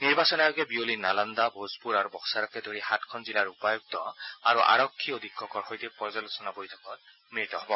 নিৰ্বাচন আয়োগে বিয়লি নালন্দা ভোজপুৰ আৰু বক্সাৰকে ধৰি সাতখন জিলাৰ উপায়ুক্ত আৰু আৰক্ষী অধীক্ষকৰ সৈতে পৰ্য্যালোচনা বৈঠকত মিলিত হ'ব